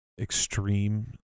extreme